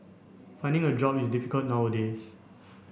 finding a job is difficult nowadays